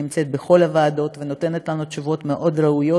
נמצאת בכל הוועדות ונותנת לנו תשובות מאוד ראויות.